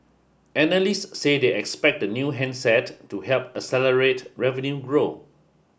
analysts said they expect the new handset to help accelerate revenue growth